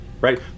right